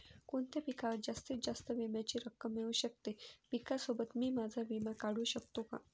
कोणत्या पिकावर जास्तीत जास्त विम्याची रक्कम मिळू शकते? पिकासोबत मी माझा विमा काढू शकतो का?